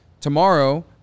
tomorrow